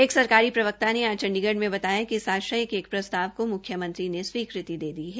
एक सरकारी प्रवक्ता ने आज चंडीगढ़ में बताया कि इस आशय के एक प्रस्ताव को म्ख्य मंत्री ने स्वीकृति दे दी है